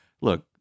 look